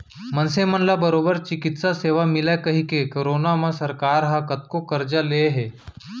मनसे मन ला बरोबर चिकित्सा सेवा मिलय कहिके करोना म सरकार ह कतको करजा ले हे